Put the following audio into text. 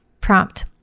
prompt